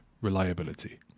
reliability